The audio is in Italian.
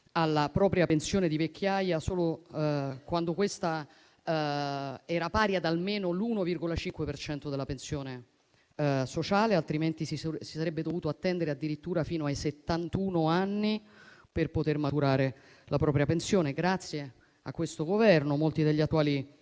alla propria pensione di vecchiaia solo quando questa era pari ad almeno l'1,5 per cento della pensione sociale; altrimenti, si sarebbe dovuto attendere addirittura fino ai 71 anni per poter maturare la propria pensione. Grazie a questo Governo, molti degli attuali